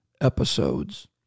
episodes